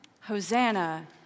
Hosanna